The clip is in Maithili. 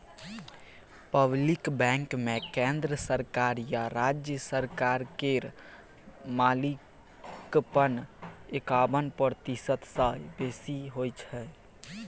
पब्लिक बैंकमे केंद्र सरकार या राज्य सरकार केर मालिकपन एकाबन प्रतिशत सँ बेसी होइ छै